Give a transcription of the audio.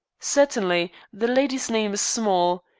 certainly, the lady's name is small.